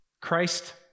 Christ